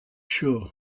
sure